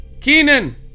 Kenan